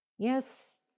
Yes